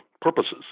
purposes